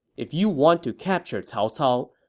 if you want to capture cao cao,